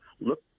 look